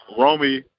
Romy